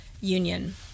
union